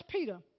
Peter